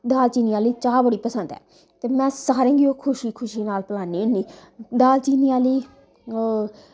दाल चीनी आह्ली चाह् बड़ी पसंद ऐ ते में ओह् सारें गी खुशी खुशी नाल पलानी होन्नी दाल चीनी आह्ली